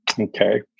Okay